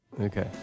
okay